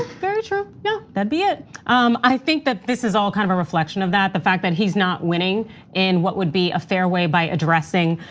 very true. yeah, that'd be it um i think that this is all kind of a reflection of that the fact that he's not winning in what would be a fair way by addressing?